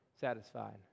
satisfied